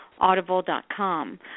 audible.com